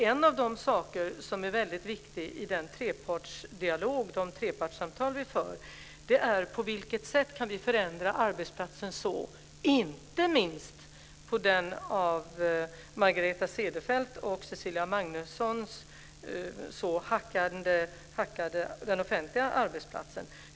En av de saker som är väldigt viktiga i de trepartssamtal vi för är på vilket sätt vi kan förändra arbetsplatsen, inte minst på den offentliga arbetsplatsen, som Margareta Cederfelt och Cecilia Magnusson hackar så på.